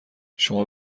شما